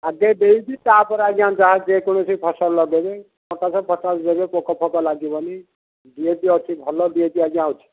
ଆଗେ ଦେଇକି ତା'ପରେ ଆଜ୍ଞା ଯାହା ଯେକୌଣସି ଫସଲ ଲଗାଇବେ ପଟାସ୍ ଦେଲେ ପୋକୋ ଫୋକୋ ଲାଗିବନି ଡି ଏ ପି ଅଛି ଭଲ ଡି ଏ ପି ଆଜ୍ଞା ଅଛି